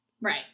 Right